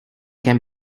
can